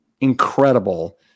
incredible